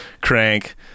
crank